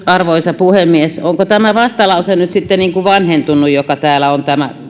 arvoisa puhemies onko tämä vastalause nyt sitten vanhentunut joka täällä on tämä